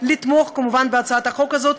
לתמוך כמובן בהצעת החוק הזאת,